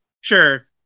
sure